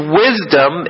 wisdom